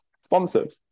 Sponsored